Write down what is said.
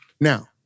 Now